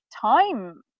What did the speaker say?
time